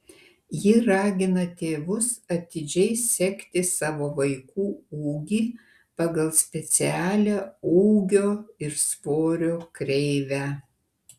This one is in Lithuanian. ji ragina tėvus atidžiai sekti savo vaikų ūgį pagal specialią ūgio ir svorio kreivę